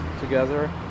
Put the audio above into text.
together